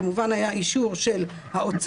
כמובן היה אישור של האוצר,